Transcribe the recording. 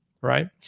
right